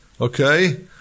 Okay